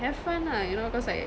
have fun lah you know cause like